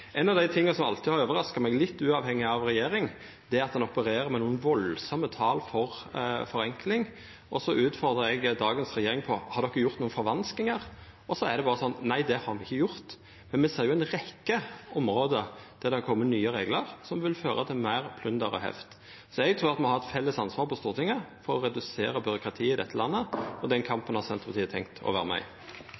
Ein av dei tinga som alltid har overraska meg litt, uavhengig av regjering, er at ein opererer med nokre kjempestore tal for forenkling. Så utfordrar eg dagens regjering på: Har dei gjort nokre forvanskingar? Då seier ein berre: Nei, det har me ikkje gjort. Men me ser jo ei rekkje område der det kjem nye reglar som vil føra til meir plunder og heft. Så eg trur at me har eit felles ansvar på Stortinget for å redusera byråkratiet i dette landet, og den